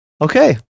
Okay